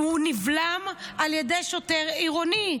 הוא נבלם על ידי שוטר עירוני,